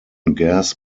gas